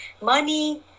money